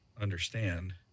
understand